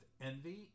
envy